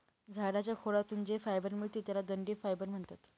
झाडाच्या खोडातून जे फायबर मिळते त्याला दांडी फायबर म्हणतात